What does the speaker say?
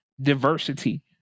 diversity